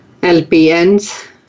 LPNs